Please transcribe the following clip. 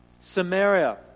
Samaria